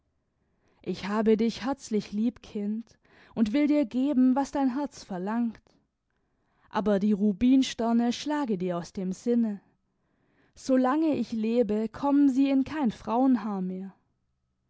ich habe dich herzlich lieb kind und will dir geben was dein herz verlangt aber die rubinsterne schlage dir aus dem sinne solange ich lebe kommen sie in kein frauenhaar mehr